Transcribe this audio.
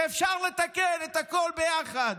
שאפשר לתקן את הכול ביחד,